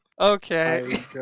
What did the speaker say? Okay